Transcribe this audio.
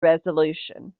resolution